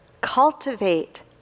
Cultivate